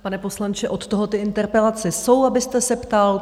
Pane poslanče, od toho ty interpelace jsou, abyste se ptal.